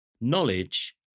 Knowledge